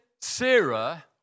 Sarah